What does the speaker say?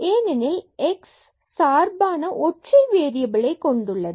ஏனெனில் x சார்பான ஒற்றை வேறியபில்லை கொண்டுள்ளது